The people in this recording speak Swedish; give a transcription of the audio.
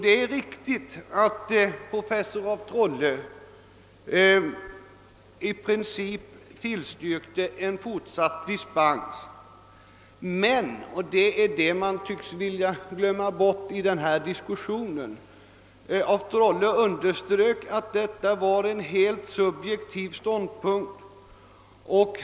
Det är riktigt att professor af Trolle i princip tillstyrkte en fortsatt dispens. Men — och det tycks man glömma bort i denna diskussion — af Trolle underströk att detta var en helt subjektiv ståndpunkt.